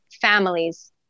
families